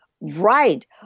Right